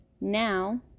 Now